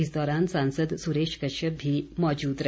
इस दौरान सांसद सुरेश कश्यप भी मौजूद रहे